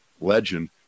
legend